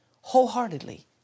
wholeheartedly